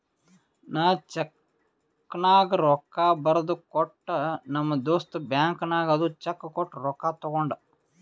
ನಾ ಚೆಕ್ನಾಗ್ ರೊಕ್ಕಾ ಬರ್ದು ಕೊಟ್ಟ ನಮ್ ದೋಸ್ತ ಬ್ಯಾಂಕ್ ನಾಗ್ ಅದು ಚೆಕ್ ಕೊಟ್ಟು ರೊಕ್ಕಾ ತಗೊಂಡ್